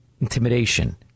intimidation